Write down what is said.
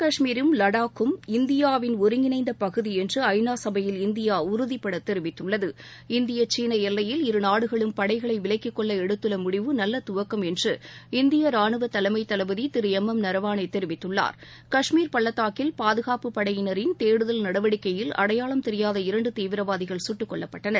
கஷ்மீரும் லடாக்கும் இந்தியாவின் ஒருங்கிணைந்தபகுதிஎன்றுஐநாசபையில் ஜம்மு இந்தியாஉறுதிபடதெரிவித்துள்ளது இந்திய சீனஎல்லையில் இருநாடுகளும் படைகளைவிலக்கிக் கொள்ளஎடுத்துள்ளமுடிவு நல்லதுவக்கம் என்று இந்தியராணுவதலைமைதளபதிதிருஎம் எம் நரவானேதெரிவித்துள்ளார் கஷ்மீர் பள்ளத்தாக்கில் பாதுகாப்புப் படையினரின் தேடுதல் வேட்டையின் போதுஅடையாளம் தெரியாத இரண்டுதீவிரவாதிகள் சுட்டுக் கொல்லப்பட்டனர்